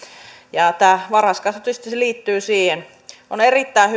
ja tämä varhaiskasvatus tietysti liittyy siihen on erittäin